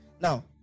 Now